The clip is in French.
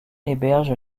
héberge